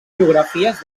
biografies